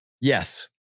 Yes